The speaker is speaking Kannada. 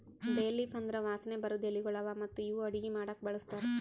ಬೇ ಲೀಫ್ ಅಂದುರ್ ವಾಸನೆ ಬರದ್ ಎಲಿಗೊಳ್ ಅವಾ ಮತ್ತ ಇವು ಅಡುಗಿ ಮಾಡಾಕು ಬಳಸ್ತಾರ್